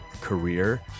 career